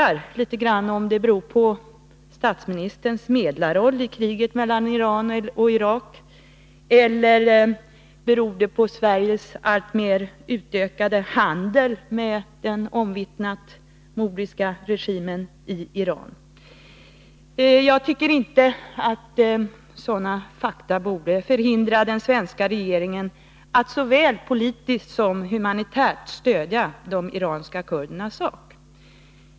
Kan det bero på statsministerns medlarroll i kriget mellan Iran och Irak? Eller beror 13 att stödja kurdiska minoriteter det på Sveriges alltmer utökade handel med den omvittnat mordiska regimen i Iran? Sådana fakta borde inte få förhindra den svenska regeringen att såväl politiskt som humanitärt stödja de iranska kurdernas sak.